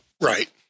Right